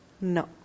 No